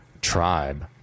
tribe